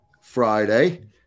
Friday